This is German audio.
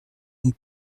und